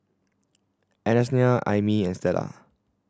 Ananias Aimee and Stella